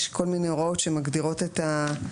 יש כל מיני הוראות שמגדירות את התחילה,